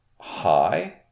high